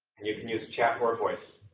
and you can use chat or voice.